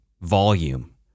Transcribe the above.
volume